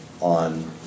on